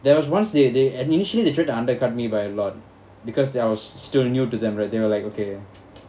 there was once they they an~ actually they try to undercut me by a lot because the~ I was still new to them right they were like okay